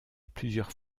plusieurs